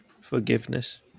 Forgiveness